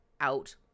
out